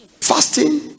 fasting